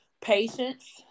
patience